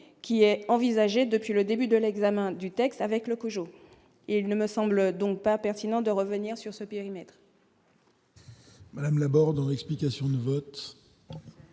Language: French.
qui est envisagée depuis le début de l'examen du texte avec le COJO et il ne semble donc pas pertinent de revenir sur ce périmètre. Madame Laborde, l'explication de vote.